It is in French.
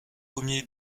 ier